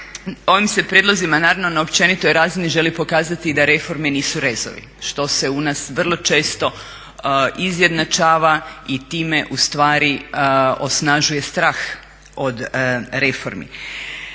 Ovim se prijedlozima naravno na općenitoj razini želi pokazati da reforme nisu rezovi što se u nas vrlo često izjednačava i time u stvari osnažuje strah od reformi,